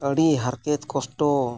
ᱟᱹᱰᱤ ᱦᱟᱨᱠᱮᱛ ᱠᱚᱥᱴᱚ